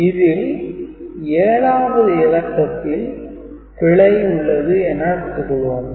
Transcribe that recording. இதில் 7 வது இலக்கத்தில் பிழை உள்ளது என எடுத்துக் கொள்வோம்